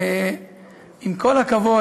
עם כל הכבוד,